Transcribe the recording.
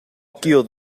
killed